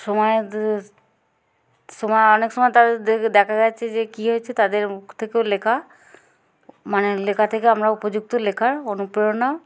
সময় সময় অনেক সময় তাদের দেখা গেছে যে কী হয়েছে তাদের মুখ থেকেও লেখা মানে লেখা থেকে আমরা উপযুক্ত লেখার অনুপ্রেরণা